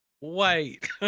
wait